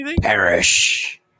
perish